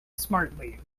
smartly